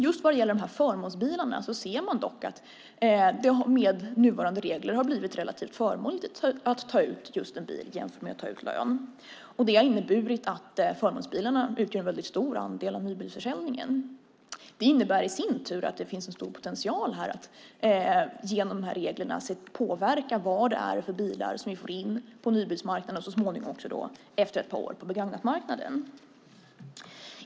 Just när det gäller förmånsbilarna ser man dock att det med nuvarande regler har blivit relativt förmånligt att ta ut just en bil jämfört med att ta ut lön. Det har inneburit att förmånsbilarna utgör en mycket stor andel av nybilsförsäljningen. Det innebär i sin tur att det genom de här reglerna finns en stor potential att påverka vad det är för bilar som vi får in på nybilsmarknaden och efter ett par år på begagnatmarknaden.